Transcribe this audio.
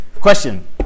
Question